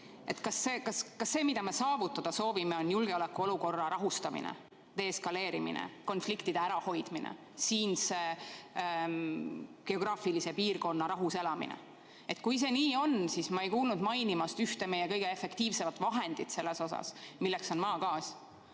Kas see, mida me saavutada soovime, on julgeolekuolukorra rahustamine, deeskaleerimine, konfliktide ärahoidmine, siinse geograafilise piirkonna rahus elamine? Kui see nii on, siis ma ei kuulnud teid mainimas ühte meie kõige efektiivsemat vahendit selleks, milleks on maagaas.